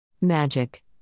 Magic